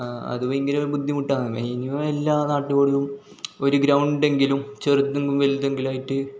അത് ഭയങ്കരം ഒരു ബുദ്ധിമുട്ടാണ് മേഞുമെ എല്ലാ ആ നാട്ടിലും ഒരു ഗ്രൗണ്ടെങ്കിലും ചെറുതെങ്കിലും വലുതെങ്കിലുമായിട്ട്